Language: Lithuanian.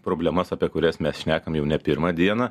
problemas apie kurias mes šnekam jau ne pirmą dieną